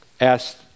asked